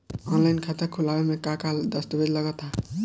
Online खाता खूलावे म का का दस्तावेज लगा ता?